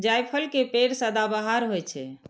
जायफल के पेड़ सदाबहार होइ छै